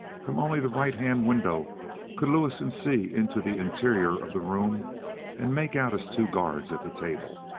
from only the right-hand window could lewison see into the interior of the room and make out his two guards at the table.